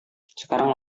sekarang